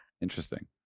interesting